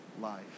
life